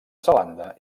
zelanda